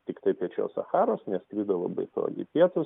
tiktai piečiau sacharos neskrido labai toli į pietus